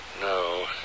No